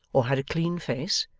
or had a clean face,